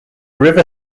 river